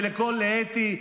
לאתי,